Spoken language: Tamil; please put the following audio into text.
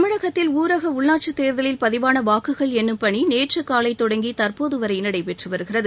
தமிழகத்தில் ஊரக உள்ளாட்சி தேர்தலில் பதிவாள வாக்குகள் எண்ணும் பணி நேற்று காலை தொடங்கி தற்போது வரை நடைபெற்று வருகிறது